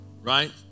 Right